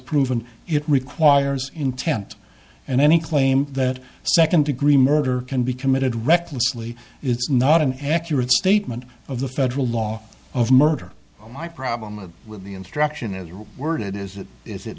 proven it requires intent and any claim that second degree murder can be committed recklessly is not an accurate statement of the federal law of murder my problem with the instruction as you word it is